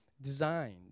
designed